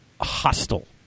hostile